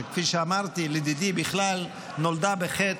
שכפי שאמרתי לדידי בכלל נולדה בחטא,